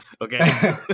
Okay